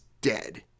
dead